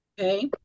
Okay